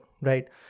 right